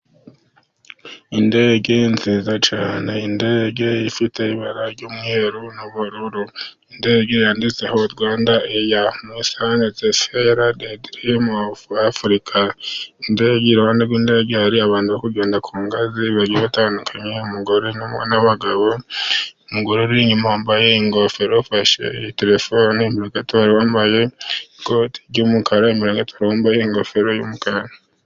Indege nziza cyane, indege ifite ibara ry'umweru n'ubururu. Indege yanditseho Rwanda eya munsi handitse fera de dirimu ovu afurika. Iruhande rw'indege hari abantu bari kugenda ku ngazi bagiye batandukanye. Umugore n'abagabo, umugore ari inyuma wambaye ingofero ufashe telefone, imbeere gato hari uwambaye ikoti ry'umukara, imbere gato hari uwambaye ingofero y'umukara.